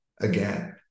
Again